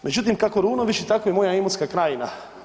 Međutim kako Runovići tako i moja Imotska krajina.